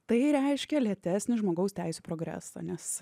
tai reiškia lėtesnį žmogaus teisių progresą nes